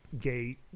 gay